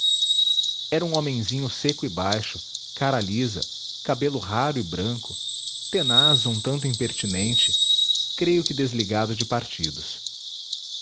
era um homenzinho seco e baixo cara lisa cabelo raro e branco tenaz um tanto impertinente creio que desligado de partidos